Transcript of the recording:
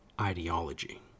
ideology